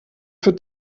für